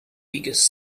biggest